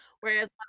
Whereas